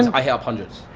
i hit up hundreds,